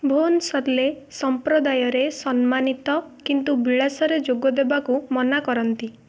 ଭୋନ୍ ସଲେ ସମ୍ପ୍ରଦାୟରେ ସମ୍ମାନିତ କିନ୍ତୁ ବିଳାସରେ ଯୋଗଦେବାକୁ ମନା କରନ୍ତି